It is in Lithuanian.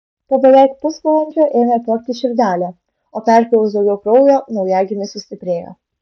po beveik pusvalandžio ėmė plakti širdelė o perpylus daugiau kraujo naujagimis sustiprėjo